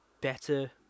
better